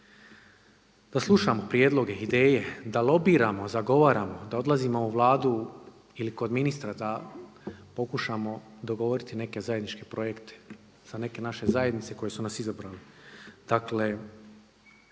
da slušamo prijedloge, ideje, da lobiramo, zagovaramo, da odlazimo u Vladu ili kod ministra, da pokušamo dogovoriti neke zajedničke projekte za neke naše zajednice koje su nas izabrale. Dakle